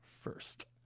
first